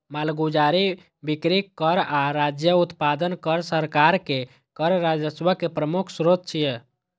मालगुजारी, बिक्री कर आ राज्य उत्पादन कर सरकार के कर राजस्व के प्रमुख स्रोत छियै